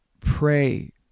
pray